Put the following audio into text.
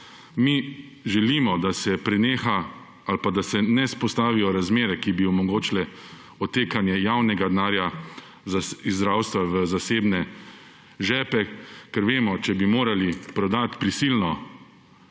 Mi želimo, da se ne vzpostavijo razmere, ki bi omogočile odtekanje javnega denarja iz zdravstva v zasebne žepe, ker vemo, če bi morali prodati prisilno